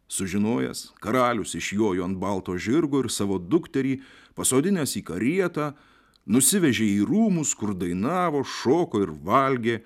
sužinojęs karalius išjojo ant balto žirgo ir savo dukterį pasodinęs į karietą nusivežė į rūmus kur dainavo šoko ir valgė